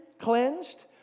cleansed